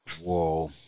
Whoa